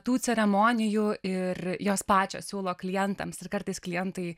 tų ceremonijų ir jos pačios siūlo klientams ir kartais klientai